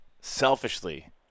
selfishly